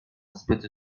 zbyt